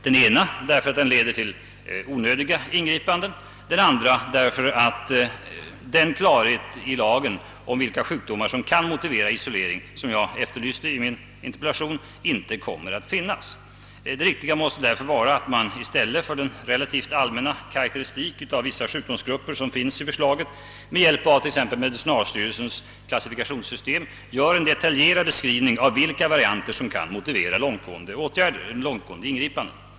Den ena för att den kan leda till onödiga ingripanden, den andra för att den klarhet i lagstiftningen om vilka sjukdomar som kan motivera isolering, som jag efterlyste i min interpellation, inte kommer att finnas. Det riktiga måste därför vara att man i stället för den relativt allmänna karakteristik av vissa sjukdomsgrupper som finns i förslaget med hjälp av t. ex medicinalstyrelsens klassifikationssystem gör en detaljerad beskrivning av vilka varianter som kan motivera långtgående ingripanden.